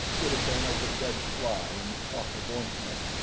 would have been as a dead fly in the pot of ointment,